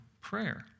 prayer